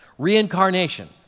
reincarnation